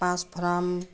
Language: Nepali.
पाँच फोरन